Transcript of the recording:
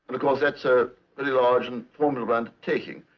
of course, that's a very large and formidable undertaking.